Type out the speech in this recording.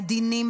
עדינים,